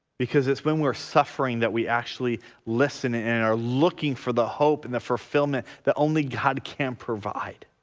because it's when we were suffering that we actually listened ah and are looking for the hope and the fulfillment that only god can provide